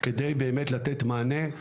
כדי באמת לתת מענה.